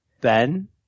Ben